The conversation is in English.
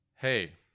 Hey